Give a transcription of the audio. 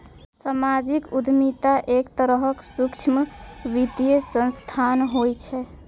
सामाजिक उद्यमिता एक तरहक सूक्ष्म वित्तीय संस्थान होइ छै